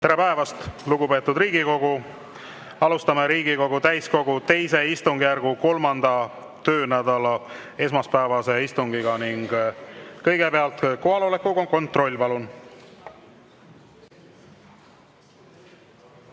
Tere päevast, lugupeetud Riigikogu! Alustame Riigikogu täiskogu II istungjärgu 3. töönädala esmaspäevast istungit. Kõigepealt kohaloleku kontroll, palun!